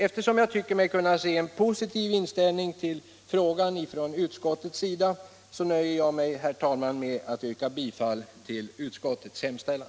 Eftersom jag tycker mig kunna se en positiv inställning till frågan från utskottets sida, nöjer jag mig, herr talman, med att yrka bifall till utskottets hemställan.